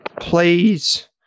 please